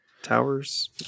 towers